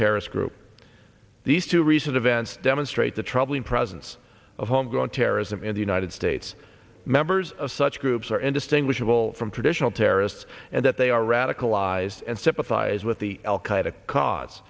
terrorist group these two recent events demonstrate the troubling presence of homegrown terrorism in the united states members of such groups are indistinguishable from traditional terrorists and that they are radicalized and sympathize with the al